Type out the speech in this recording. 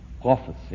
prophecy